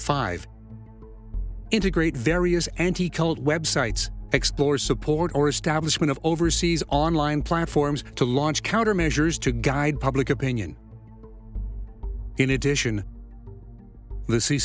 five integrate various anti cult websites explore support or establishment of overseas online platforms to launch countermeasures to guide public opinion in addition